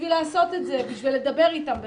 בשביל לעשות את זה, בשביל לדבר איתם בכלל.